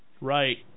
Right